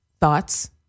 thoughts